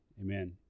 Amen